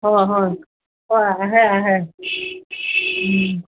হয় হয় হয় আহে আহে